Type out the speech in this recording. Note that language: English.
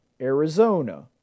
Arizona